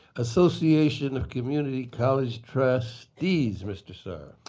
association of community college trustees, mr. saar.